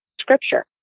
scripture